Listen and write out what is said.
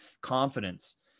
confidence